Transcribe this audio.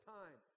time